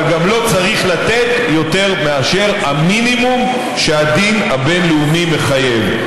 אבל גם לא צריך לתת יותר מאשר המינימום שהדין הבין-לאומי מחייב.